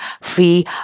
free